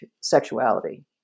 sexuality